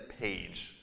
page